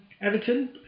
Everton